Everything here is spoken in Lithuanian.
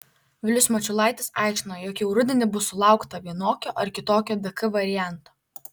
vilius mačiulaitis aiškino jog jau rudenį bus sulaukta vienokio ar kitokio dk varianto